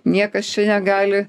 niekas čia negali